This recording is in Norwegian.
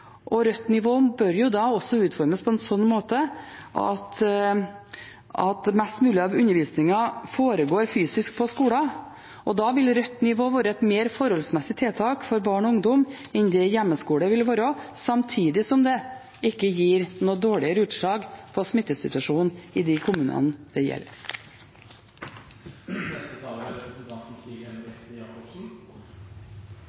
bør jo da også utformes på en slik måte at mest mulig av undervisningen foregår fysisk på skolen. Da ville rødt nivå være et mer forholdsmessig tiltak for barn og ungdom enn det hjemmeskole ville være, samtidig som det ikke gir noe dårligere utslag på smittesituasjonen i de kommunene det gjelder. Dette er